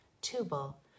Tubal